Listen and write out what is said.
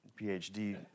PhD